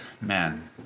man